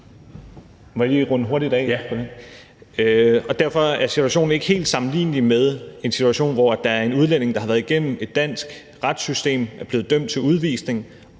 (Den fg. formand (Bent Bøgsted): Ja.) Derfor er situationen ikke helt sammenlignelig med en situation, hvor der er en udlænding, der har været igennem et dansk retssystem, er blevet dømt til udvisning